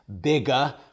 bigger